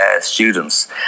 students